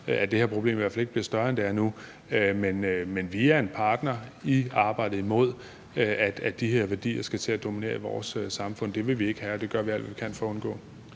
at det problem i hvert fald ikke bliver større, end det er nu. Men vi er en partner i arbejdet imod, at de her værdier skal til at dominere i vores samfund. Det vil vi ikke have, og det gør vi alt, hvad vi kan, for at undgå.